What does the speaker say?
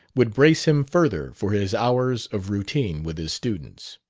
would brace him further for his hours of routine with his students.